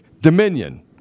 Dominion